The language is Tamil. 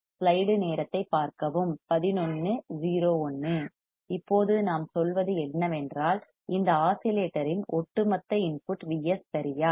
ஸ்லைடு நேரத்தைப் பார்க்கவும் 1101 இப்போது நாம் சொல்வது என்னவென்றால் இந்த ஆஸிலேட்டர் இன் ஒட்டுமொத்த இன்புட் Vs சரியா